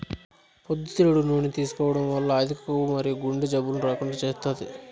పొద్దుతిరుగుడు నూనెను తీసుకోవడం వల్ల అధిక కొవ్వు మరియు గుండె జబ్బులను రాకుండా చేస్తాది